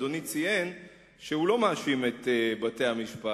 אדוני ציין שהוא לא מאשים את בתי-המשפט,